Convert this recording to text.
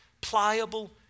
pliable